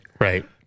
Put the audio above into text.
Right